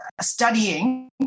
studying